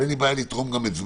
אין לי בעיה לתרום מזמני.